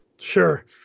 Sure